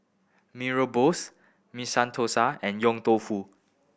Mee Rebus Masala Thosai and Yong Tau Foo